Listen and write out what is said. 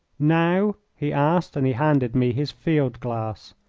now? he asked, and he handed me his field-glass.